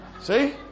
See